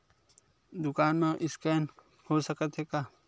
दुकान मा स्कैन हो सकत हे का?